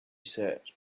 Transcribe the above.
search